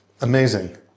Amazing